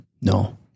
No